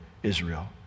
Israel